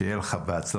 שיהיה לך בהצלחה.